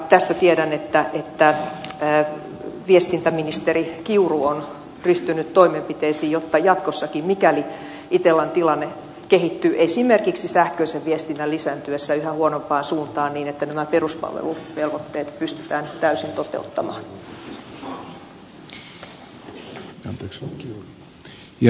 tässä tiedän että viestintäministeri kiuru on ryhtynyt toimenpiteisiin jotta jatkossakin mikäli itellan tilanne kehittyy esimerkiksi sähköisen viestinnän lisääntyessä yhä huonompaan suuntaan nämä peruspalveluvelvoitteet pystytään täysin toteuttamaan